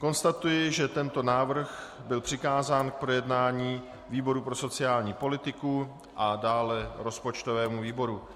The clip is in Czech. Konstatuji, že tento návrh byl přikázán k projednání výboru pro sociální politiku a dále rozpočtovému výboru.